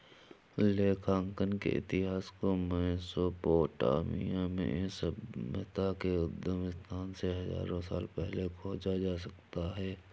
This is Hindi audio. लेखांकन के इतिहास को मेसोपोटामिया में सभ्यता के उद्गम स्थल से हजारों साल पहले खोजा जा सकता हैं